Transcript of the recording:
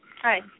Hi